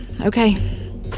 Okay